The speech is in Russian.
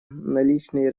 наличный